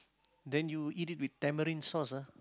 then you eat it with tamarind sauce ah